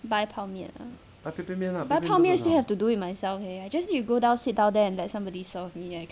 buy 泡面 ah 泡面 still have to do it myself leh I just need to go down sit down there and let somebody serve me leh